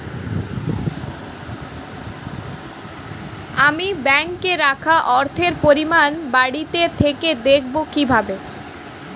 আমি ব্যাঙ্কে রাখা অর্থের পরিমাণ বাড়িতে থেকে দেখব কীভাবে?